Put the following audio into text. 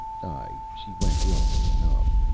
aye, she went willingly enough.